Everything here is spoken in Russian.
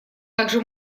также